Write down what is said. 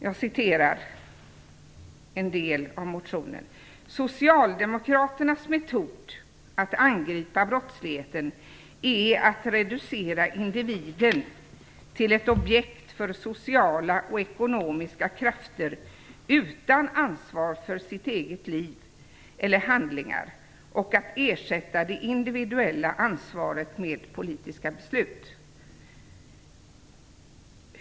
Jag citerar: "Socialdemokraternas metod att angripa brottsligheten är att reducera individen till ett objekt för sociala och ekonomiska krafter utan ansvar för sitt eget liv eller handlingar och att ersätta det individuella ansvaret med politiska beslut."